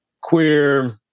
queer